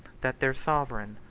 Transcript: that their sovereign,